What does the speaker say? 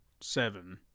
seven